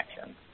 action